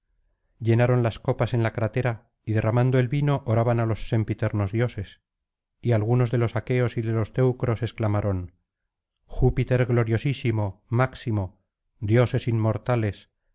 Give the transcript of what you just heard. llenaron las copas en la crátera y derramando el vino oraban á los sempiternos dioses y algunos de los aqueos y de los teucros exclamaron júpiter gloriosísimo máximo dioses inmortales